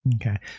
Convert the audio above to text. Okay